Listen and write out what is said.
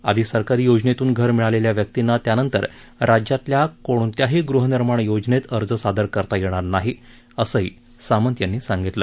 आधी सरकारी योजनेतून घर मिळालेल्या व्यक्तीला त्यानंतर राज्यातल्या कोणत्याही गृहनिर्माण योजनेत अर्ज सादर करता येणार नाही असं सामंत यांनी सांगितलं